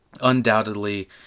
Undoubtedly